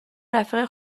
رفیق